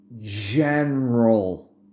general